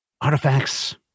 artifacts